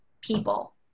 people